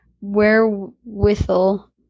wherewithal